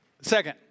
Second